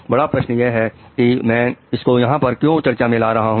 बड़ा प्रश्न यह है कि मैं इसको यहां पर क्यों चर्चा में ला रहा हूं